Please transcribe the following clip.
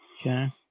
Okay